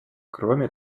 кроме